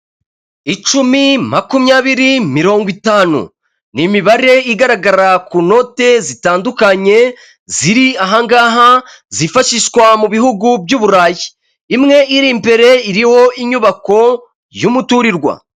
Icumi, makumyabiri, mirongo itanu. Ni mibare igaragara ku note zitandukanye, ziri ahangaha, zifashishwa mu bihugu by'Uburayi. Imwe iri imbere iriho inyubako y'umuturirwa.